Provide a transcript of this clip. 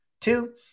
Two